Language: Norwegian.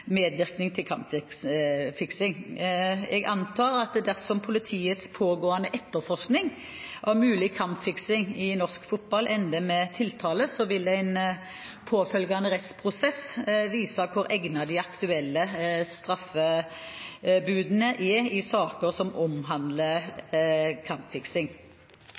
medvirkning til kampfiksing. Jeg antar at dersom politiets pågående etterforskning av mulig kampfiksing i norsk fotball ender med tiltale, vil en påfølgende rettsprosess vise hvor egnet de aktuelle straffebudene i saker som omhandler